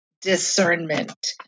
discernment